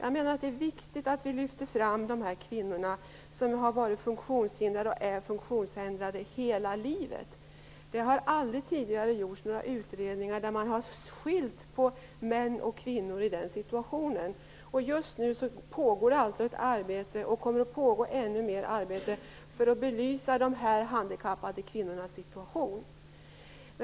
Vi måste lyfta fram de kvinnor som har varit funktionshindrade hela livet. Det har aldrig tidigare gjorts några utredningar, där man har skilt på män och kvinnor i den situationen. Just nu pågår ett arbete för att belysa dessa handikappade kvinnors situation.